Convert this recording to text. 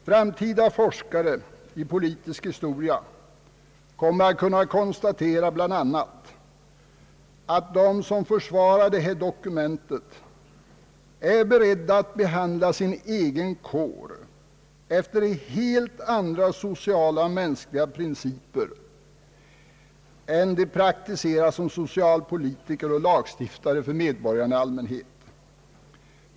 Framtida forskare i politisk historia kommer att kunna konstatera bl.a. att de som försvarar det här dokumentet är beredda att behandla sin egen kår efter helt andra sociala och mänskliga principer än de praktiserar som socialpolitiker och lagstiftare för medborgarna i allmänhet.